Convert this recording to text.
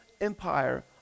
empire